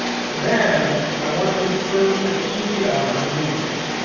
then i want you to turn the tv on to the news.